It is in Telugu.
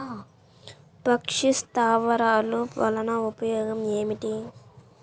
పక్షి స్థావరాలు వలన ఉపయోగం ఏమిటి?